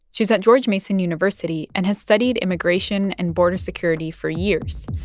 she's at george mason university and has studied immigration and border security for years.